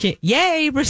Yay